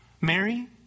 Mary